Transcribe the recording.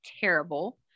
terrible